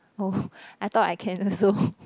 oh I thought I can also